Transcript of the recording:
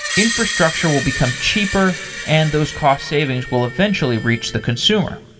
infrastructure will become cheaper and those cost savings will eventually reach the consumer.